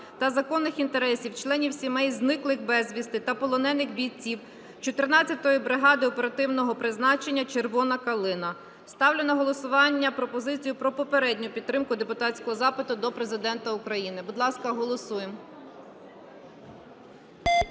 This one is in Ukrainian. та законних інтересів членів сімей зниклих безвісти та полонених бійців 14-ї бригади оперативного призначення "Червона Калина". Ставлю на голосування пропозицію про попередню підтримку депутатського запиту до Президента України. Будь ласка, голосуємо. 12:40:58